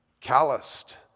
calloused